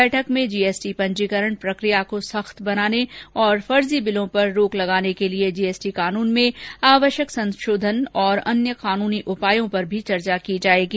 बैठक में जीएसटी पंजीकरण प्रक्रिया को सख्त बनाने और फर्जी बिलों पर रोक लगाने के लिए जीएसटी कानुन में आवश्यक संशोधन तथा अन्य कानुनी उपायों पर भी चर्चा की जाएगी